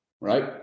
right